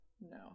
No